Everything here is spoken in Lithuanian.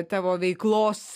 tavo veiklos